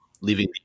Leaving